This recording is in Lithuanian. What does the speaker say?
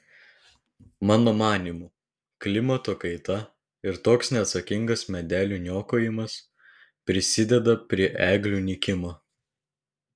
mano manymu klimato kaita ir toks neatsakingas medelių niokojimas prisideda prie eglių nykimo